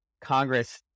Congress